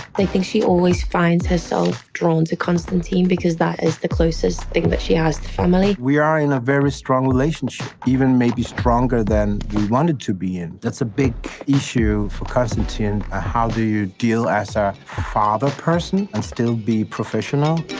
think think she always finds herself drawn to konstantin because that is the closest thing that she has to family. we are in a very strong relationship, even maybe stronger than we wanted to be in. that's a big issue for konstantin and ah how do you deal as ah a father person and still be professional.